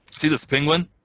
see this penguin,